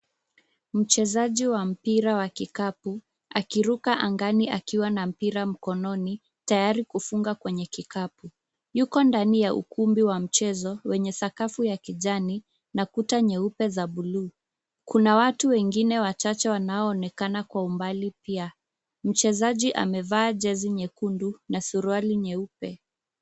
Mchezaji wa mpira wa kikapu akiruka angani akiwa na mpira mkononi, tayari kufunga kwenye kikapu. Yuko ndani ya ukumbi wa mchezo wenye sakafu ya kijani na kuta nyeupe za bluu. Kuna watu wengine wachache wanaoonekana kwa umbali pia. Mchezaji amevaa jezi nyekundu na suruali nyeupe.